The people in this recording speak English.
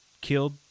killed